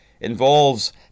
involves